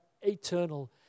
eternal